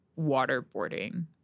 waterboarding